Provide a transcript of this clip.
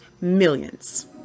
millions